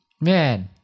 Man